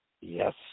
Yes